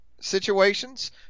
situations